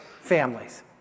families